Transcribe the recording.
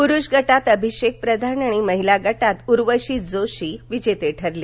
पुरुष गटात अभिषेक प्रधान आणि महिला गटात उर्वशी जोशी विजेते ठरले